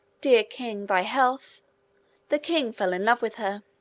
dear king, thy health the king fell in love with her.